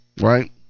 Right